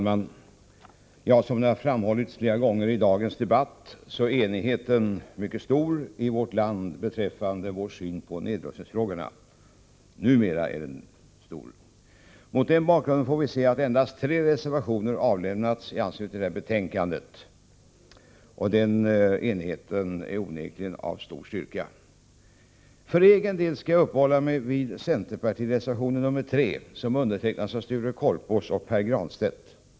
Herr talman! Som det har framhållits flera gånger i dagens debatt är enigheten numera stor i vårt land beträffande vår syn på nedrustningsfrågorna. Mot den bakgrunden får vi se att endast tre reservationer avlämnats i anslutning till detta betänkande. För egen del skall jag uppehålla mig vid centerpartireservationen nr 3, som har undertecknats av Sture Korpås och Pär Granstedt.